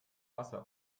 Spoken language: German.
wasser